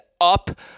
up